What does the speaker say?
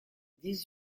dix